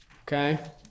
Okay